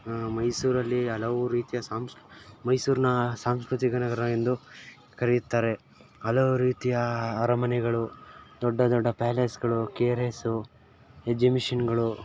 ಮೈಸೂರಲ್ಲಿ ಹಲವು ರೀತಿಯ ಸಾಂಸ್ಕೃ ಮೈಸೂರನ್ನ ಸಾಂಸ್ಕೃತಿಕ ನಗರ ಎಂದು ಕರೆಯುತ್ತಾರೆ ಹಲವು ರೀತಿಯ ಅರಮನೆಗಳು ದೊಡ್ಡ ದೊಡ್ಡ ಪ್ಯಾಲೇಸ್ಗಳು ಕೆ ಆರ್ ಎಸ್ಸು ಎಜ್ಜಿಮಿಷಿನ್ಗಳು